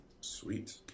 Sweet